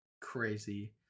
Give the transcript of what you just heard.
crazy